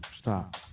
stop